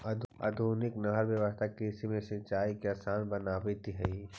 आधुनिक नहर व्यवस्था कृषि में सिंचाई के आसान बनावित हइ